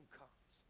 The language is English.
comes